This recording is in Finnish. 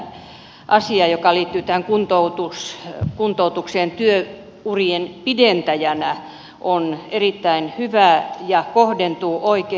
mielestäni tämä asia joka liittyy kuntoutukseen työurien pidentäjänä on erittäin hyvä ja kohdentuu oikein